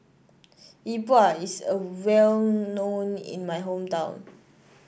E Bua is well known in my hometown